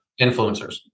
Influencers